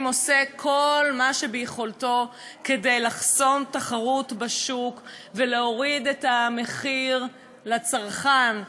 עושה כל מה שביכולתו כדי לחסום תחרות בשוק ולהוריד את המחיר לצרכן,